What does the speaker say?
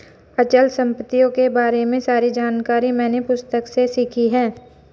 अचल संपत्तियों के बारे में सारी जानकारी मैंने पुस्तक से सीखी है